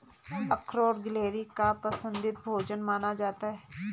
अखरोट गिलहरी का पसंदीदा भोजन माना जाता है